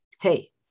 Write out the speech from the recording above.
Hey